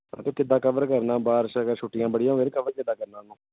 ਫਿਰ ਕਿੱਦਾਂ ਕਵਰ ਕਰਨਾ ਬਾਰਿਸ਼ ਕਰਕੇ ਛੁੱਟੀਆਂ ਬੜੀਆਂ ਹੋ ਗਈਆਂ ਤਾਂ ਕਵਰ ਕਿੱਦਾਂ ਕਰਨਾ ਉਹਨੂੰ